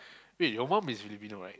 wait your mum is Filipino right